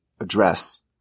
address